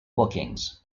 bookings